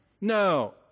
No